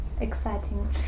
exciting